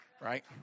right